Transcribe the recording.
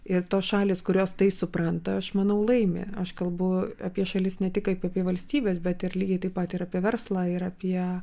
ir kitos šalys kurios tai supranta aš manau laimi aš kalbu apie šalis ne tik kaip apie valstybes bet ir lygiai taip pat ir apie verslą ir apie